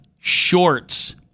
shorts